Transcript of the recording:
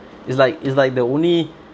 is like is like the only